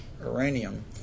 uranium